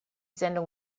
sendung